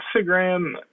instagram